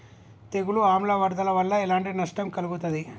తెగులు ఆమ్ల వరదల వల్ల ఎలాంటి నష్టం కలుగుతది?